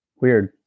weird